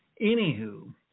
Anywho